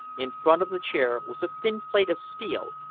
in front of the chair, was a thin plate of steel,